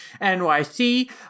NYC